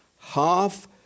Half